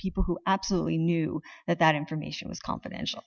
people who absolutely knew that that information was confidential